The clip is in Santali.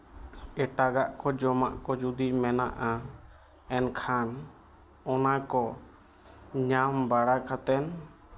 ᱮᱴᱟᱜᱟᱜ ᱠᱚ ᱡᱚᱢᱟᱜ ᱠᱚ ᱡᱩᱫᱤ ᱢᱮᱱᱟᱜᱼᱟ ᱮᱱᱠᱷᱟᱱ ᱚᱱᱟ ᱠᱚ ᱧᱟᱢ ᱵᱟᱲᱟ ᱠᱟᱛᱮᱫ